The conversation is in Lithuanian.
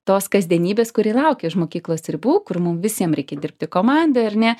tos kasdienybės kuri laukia už mokyklos ribų kur mum visiem reikia dirbti komandoj ar ne